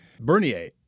Bernier